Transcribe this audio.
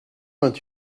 vingt